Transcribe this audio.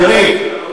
יריב,